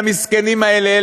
למסכנים האלה,